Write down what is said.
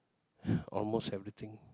almost everything